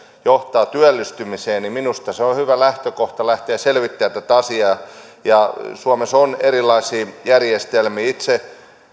johtaa työllistymiseen niin minusta se on hyvä lähtökohta lähteä selvittämään tätä asiaa ja suomessa on erilaisia järjestelmiä itse